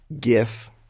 gif